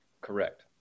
Correct